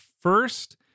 first